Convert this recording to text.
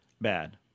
Bad